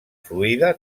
fluida